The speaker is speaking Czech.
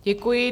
Děkuji.